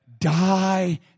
Die